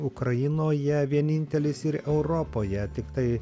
ukrainoje vienintelis ir europoje tiktai